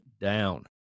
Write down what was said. down